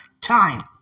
time